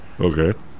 Okay